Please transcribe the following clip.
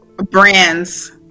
Brands